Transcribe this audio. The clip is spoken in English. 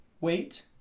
Wait